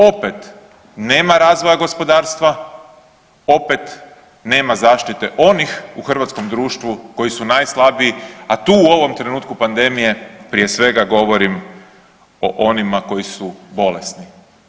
Opet nema razvoja gospodarstva, opet nema zaštite onih u hrvatskom društvu koji su najslabiji, a tu u ovom trenutku pandemije prije svega govorim o onima koji su bolesni.